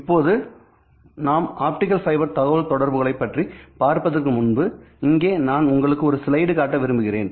இப்போது நாம் optical fibre தகவல் தொடர்புகளை பற்றி பார்ப்பதற்கு முன்பு இங்கே நான் உங்களுக்கு ஒரு ஸ்லைடு காட்ட விரும்புகிறேன்